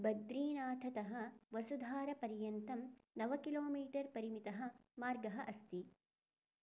बद्रीनाथतः वसुधारपर्यन्तं नव किलोमीटर् परिमितः मार्गः अस्ति